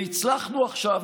והצלחנו עכשיו,